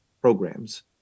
programs